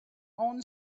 own